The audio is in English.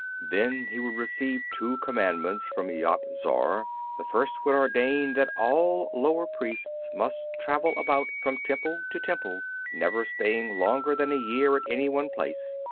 then he would receive two commandments from yat-zar. the first would ordain that all lower priests must travel about from temple to temple, never staying longer than a year at any one place.